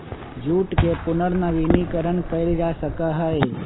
jute के पुनर्नवीनीकरण कइल जा सका हई